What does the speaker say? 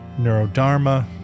Neurodharma